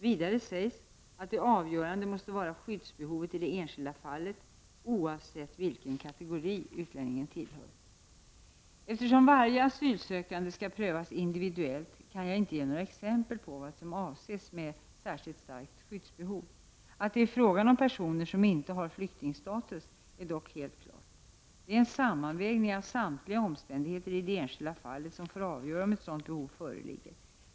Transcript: Vidare sägs att det avgörande måste vara skyddsbehovet i det enskilda fallet, oavsett vilken kategori utlänningen tillhör . Eftersom varje asylsökandes skäl skall prövas individuellt, kan jag inte ge några exempel på vad som avses med särskilt starkt skyddsbehov. Att det är fråga om personer som inte har flyktingstatus är dock helt klart. Det är en sammanvägning av samtliga omständigheter i det enskilda fallet som får avgöra om ett sådant behov föreligger.